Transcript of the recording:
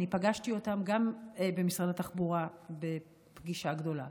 אני פגשתי אותם גם במשרד התחבורה בפגישה גדולה,